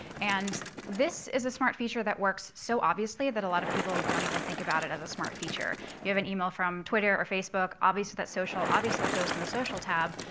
and this is a smart feature that works so obviously that a lot of people don't even think about it as a smart feature. you have an email from twitter or facebook, obviously, that's social. obviously, that goes in the social tab,